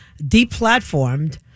deplatformed